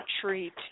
treat